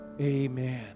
Amen